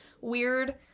weird